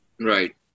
Right